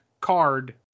card